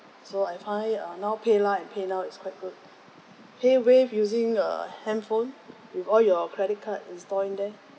so I find err now PayLah and PayNow is quite good pay wave using err handphone with all your credit card installed in there